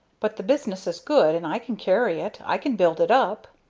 but the business is good and i can carry it i can build it up.